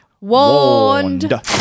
warned